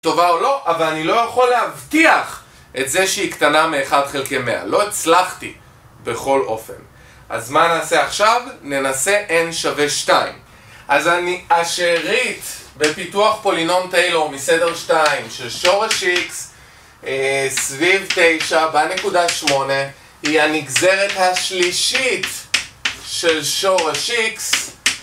טובה או לא, אבל אני לא יכול להבטיח את זה שהיא קטנה מ-1 חלקי 100 לא הצלחתי בכל אופן אז מה נעשה עכשיו? ננסה n שווה 2 אז אני השארית בפיתוח פולינום טיילור מסדר 2 של שורש x סביב 9 בנקודה 8 היא הנגזרת השלישית של שורש x